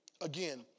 again